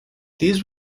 these